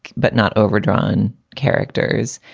but not overdrawn characters.